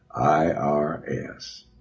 IRS